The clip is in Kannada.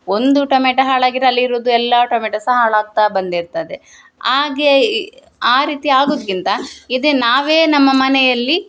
ಒಂದು ಟೊಮೆಟ ಹಾಳಾಗಿದ್ರೆ ಅಲ್ಲಿರುವುದೆಲ್ಲ ಟೊಮೆಟ ಸಹ ಹಾಳಾಗ್ತಾ ಬಂದಿರ್ತದೆ ಹಾಗೇ ಆ ರೀತಿ ಆಗುದಕ್ಕಿಂತ ಇದು ನಾವೇ ನಮ್ಮ ಮನೆಯಲ್ಲಿ